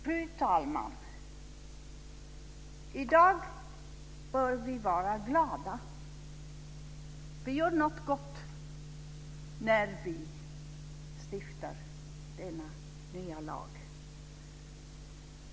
Fru talman! I dag bör vi vara glada. Vi gör något gott när vi stiftar denna nya lag.